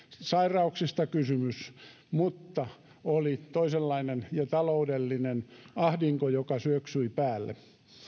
sairauksista kysymys vaan oli toisenlainen taloudellinen ahdinko joka syöksyi päälle